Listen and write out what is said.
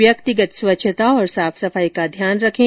व्यक्तिगत स्वच्छता और साफ सफाई का ध्यान रखें